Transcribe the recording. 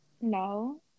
No